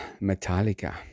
metallica